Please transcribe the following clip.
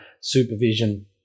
supervision